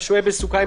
למה?